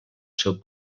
seu